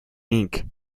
inc